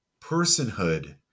personhood